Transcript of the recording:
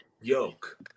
yoke